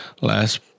last